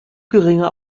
geringe